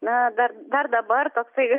na dar dar dabar toksai